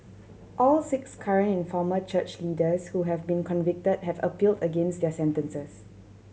all six current and former church leaders who have been convicted have appealed against their sentences